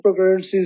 cryptocurrencies